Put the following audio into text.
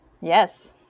Yes